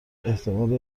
احتمال